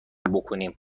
بکینم